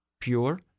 pure